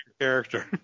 character